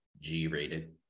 g-rated